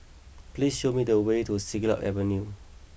please show me the way to Siglap Avenue